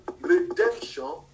redemption